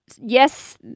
yes